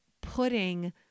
putting